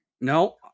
No